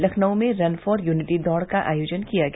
लखनऊ में run for unity दौड का आयोजन किया गया